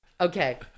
Okay